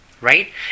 right